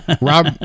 Rob